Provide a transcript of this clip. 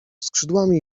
skrzydłami